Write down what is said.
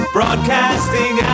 Broadcasting